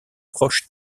proche